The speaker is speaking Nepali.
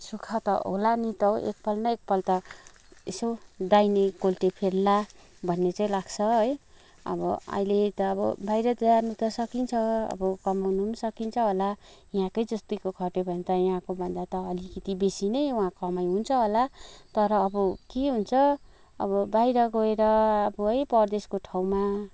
सुख त होला नि त हौ एक पल न एकपल त यसो दाहिने कोल्टे फेर्ला भन्ने चाहिँ लाग्छ है अब अहिले त अब बाहिर जानु त सकिन्छ अब कमाउनु पनि सकिन्छ होला यहाँकै जत्तिको खट्यो भने त यहाँको भन्दा त अलिकती बेसी नै वहाँ कमाई हुन्छ होला तर अब के हुन्छ अब बाहिर गएर अब है परदेशको ठाउँमा